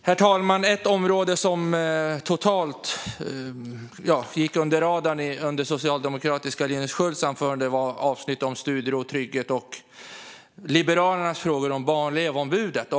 Herr talman! Ett område som totalt gick under radarn under socialdemokraten Linus Skölds anförande var avsnittet om studier och trygghet och Liberalernas frågor om Barn och elevombudet.